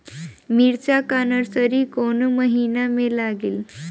मिरचा का नर्सरी कौने महीना में लागिला?